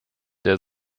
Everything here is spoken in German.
der